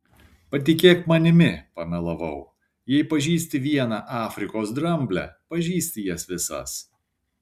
patikėk manimi pamelavau jei pažįsti vieną afrikos dramblę pažįsti jas visas